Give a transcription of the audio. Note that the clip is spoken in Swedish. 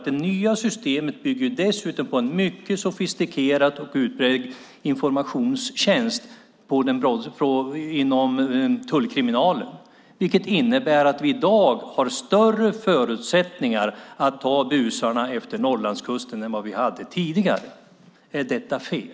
Det nya systemet bygger dessutom på en mycket sofistikerad och utbredd informationstjänst inom tullkriminalen, vilket innebär att vi i dag har större förutsättningar att ta busarna efter Norrlandskusten än vad vi hade tidigare. Är detta fel?